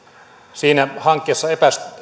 siinä hankkeessa